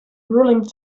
ruling